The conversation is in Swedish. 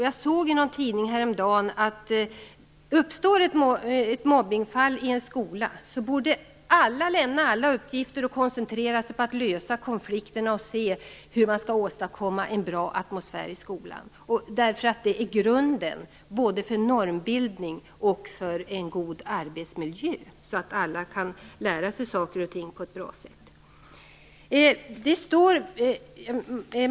Jag såg i någon tidning häromdagen att om det uppstår ett mobbningsfall i en skola borde alla lämna alla uppgifter och koncentrera sig på att lösa konflikten och på att åstadkomma en bra atmosfär i skolan. Det är ju grunden för både normbildning och en god arbetsmiljö, så att alla kan lära sig saker och ting på ett bra sätt.